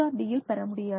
D யில் பெற முடியாது